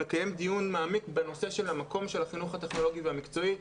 לקיים דיון מעמיק בנושא של המקום של החינוך הטכנולוגי והמקצועי.